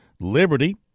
Liberty